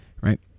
right